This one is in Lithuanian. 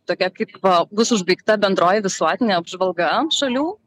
tokia kaip bus užbaigta bendroji visuotinė apžvalga šalių